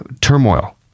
turmoil